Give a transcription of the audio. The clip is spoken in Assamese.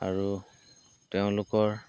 আৰু তেওঁলোকৰ